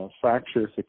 fracture